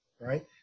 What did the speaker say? right